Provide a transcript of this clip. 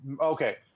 okay